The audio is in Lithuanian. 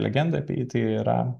legendoj apie jį tai yra